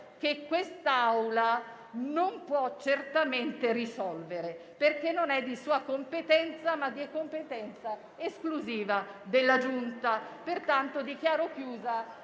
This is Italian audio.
però quest'Assemblea non può certamente risolvere, perché non è di sua competenza, ma di competenza esclusiva della Giunta. Pertanto rinvio il